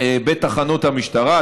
בתחנות המשטרה,